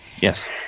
Yes